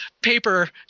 paper